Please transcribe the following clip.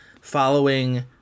following